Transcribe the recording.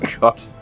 god